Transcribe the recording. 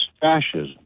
fascism